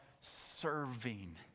serving